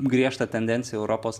griežta tendencija europos